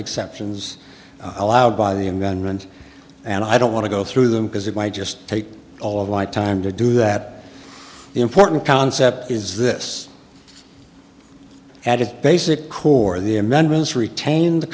exceptions allowed by the environment and i don't want to go through them because it might just take all of my time to do that important concept is this at a basic core the amendments retain the